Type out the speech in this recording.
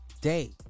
day